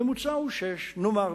הממוצע הוא 6. נאמר,